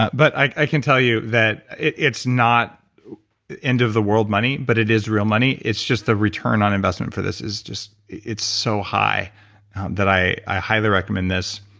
but i can tell you that it's not end of the world money, but it is real money. it's just the return on investment for this is just. it's so high that i i highly recommend this,